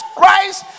Christ